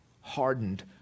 hardened